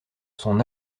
son